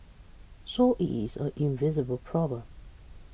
so it is an invisible problem